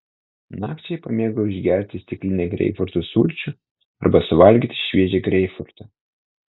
nakčiai pamėgau išgerti stiklinę greipfrutų sulčių arba suvalgyti šviežią greipfrutą